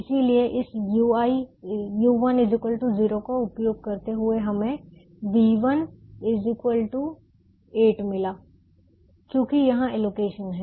इसलिए इस u1 0 का उपयोग करते हुए हमें v1 8 मिला क्योंकि यहां एलोकेशन है